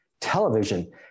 television